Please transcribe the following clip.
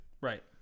Right